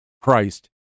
Christ